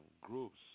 Groups